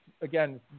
again